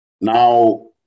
Now